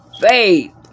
faith